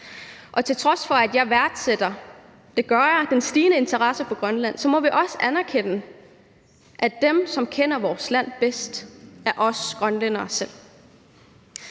Til trods for at jeg værdsætter – og det gør jeg – den stigende interesse for Grønland, må vi også anerkende, at dem, som kender vores land bedst, er os grønlændere selv.